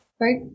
right